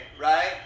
right